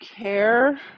care